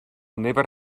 never